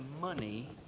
money